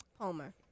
Palmer